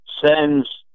sends